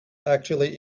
actually